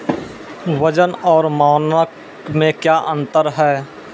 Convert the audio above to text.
वजन और मानक मे क्या अंतर हैं?